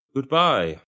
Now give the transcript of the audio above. Goodbye